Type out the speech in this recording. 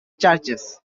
churches